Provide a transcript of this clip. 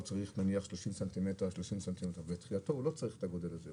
הוא צריך 30 ס"מ הוא לא צריך את הגודל הזה,